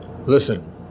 Listen